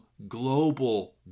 global